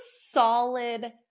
solid